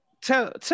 tell